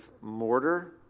mortar